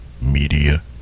Media